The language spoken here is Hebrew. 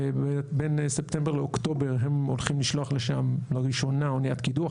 בין ספטמבר לאוקטובר הם הולכים לשלוח לשם לראשונה אוניית קידוח.